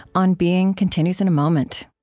on being continues in a moment